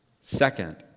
Second